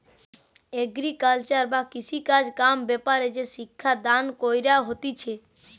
agriculture বা কৃষিকাজ কাম ব্যাপারে যে শিক্ষা দান কইরা হতিছে